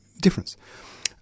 difference